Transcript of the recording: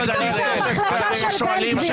לכם לצורכי הטיק-טוק.